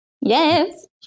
Yes